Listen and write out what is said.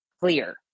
clear